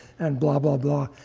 and blah, blah, blah.